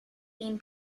been